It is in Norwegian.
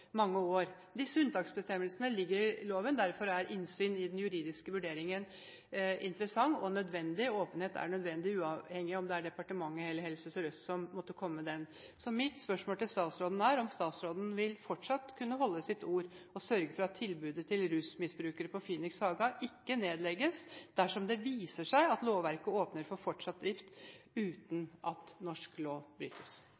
mange år. Unntaksbestemmelsene ligger i loven. Derfor er innsyn i den juridiske vurderingen interessant og nødvendig. Åpenhet er nødvendig uavhengig av om det er departementet eller Helse Sør-Øst som måtte komme med den. Mitt spørsmål til statsråden er: Vil statsråden fortsatt kunne holde sitt ord og sørge for at tilbudet til rusmisbrukere på Phoenix Haga ikke nedlegges dersom det viser seg at lovverket åpner for fortsatt drift